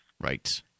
Right